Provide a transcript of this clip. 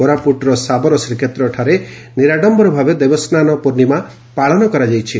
କୋରାପୁଟର ଶାବର ଶ୍ରୀକ୍ଷେତ୍ରଠାରେ ନିରାଡମରଭାବେ ଦେବସ୍ନାନ ପୂର୍ଶ୍ୱିମା ପାଳନ କରାଯାଇଛି